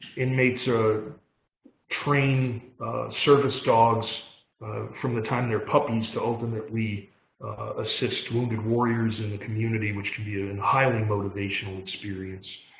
inmates have ah trained service dogs from the time they're puppies to ultimately assist wounded warriors in the community, which can be a and highly motivational experience.